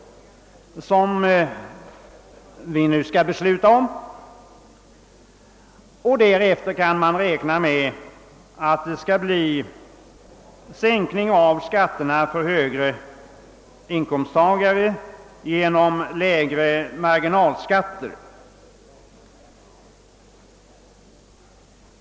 Därefter kan man räkna med att det blir sänkning av skatterna för högre inkomsttagare genom lägre marginalskatter.